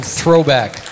throwback